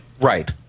Right